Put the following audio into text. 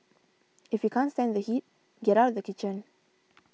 if you can't stand the heat get out of the kitchen